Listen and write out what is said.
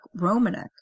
Romanek